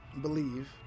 believe